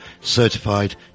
Certified